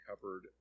covered